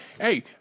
Hey